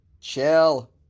Chill